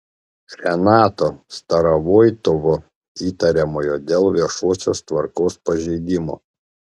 renato starovoitovo įtariamojo dėl viešosios tvarkos pažeidimo